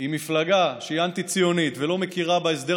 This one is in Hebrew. עם מפלגה שהיא אנטי-ציונית ולא מכירה בהסדר